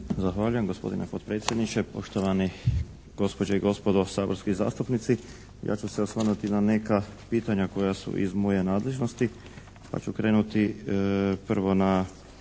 Zahvaljujem gospodine potpredsjedniče, poštovani gospođe i gospodo saborski zastupnici. Ja ću se osvrnuti na neka pitanja koja su iz moje nadležnosti pa ću krenuti prvo na